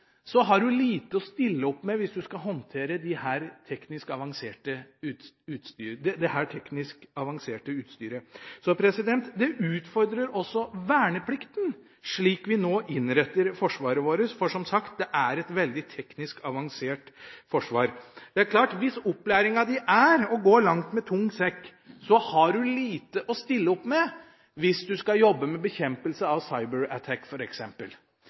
har du lite å stille opp med hvis du skal håndtere dette teknisk avanserte utstyret. Det utfordrer også verneplikten slik vi nå innretter Forsvaret vårt. For – som sagt – det er et veldig teknisk avansert forsvar. Hvis opplæringa er å «gå langt med tung sekk», har du lite å stille opp med hvis du skal jobbe med bekjempelse av